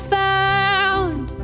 found